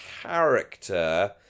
character